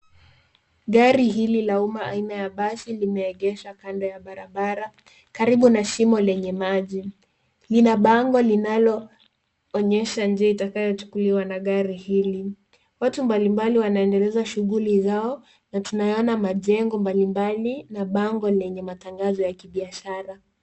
Gari hili la umma aina ya basi limeegeshwa kando ya barabara karibu na shimo lenye maji. Lina bango linaloonesha njia itakayochukuliwa na gari hili. Watu mbalimbali wanaendeleza shughuli zao na tunayaona majengo mbalimbali na bango lenye matangazo ya kibiashara.